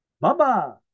Baba